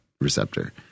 receptor